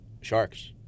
Sharks